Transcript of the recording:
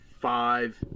five